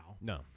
No